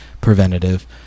preventative